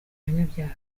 abanyabyaha